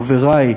חברי,